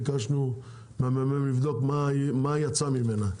ביקשנו לבדוק מה-ממ"מ מה יצא ממנה.